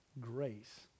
grace